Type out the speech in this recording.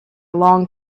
long